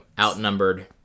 outnumbered